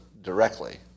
directly